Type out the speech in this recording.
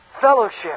fellowship